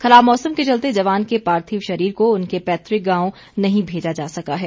खराब मौसम के चलते जवान के पार्थिव शरीर को उनके पैतुक गांव नही भेजा जा सका है